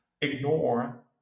ignore